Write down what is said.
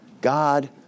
God